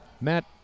Matt